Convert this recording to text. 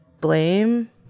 blame